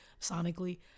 sonically